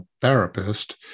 therapist